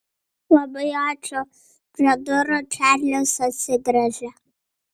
labai ačiū prie durų čarlis atsigręžė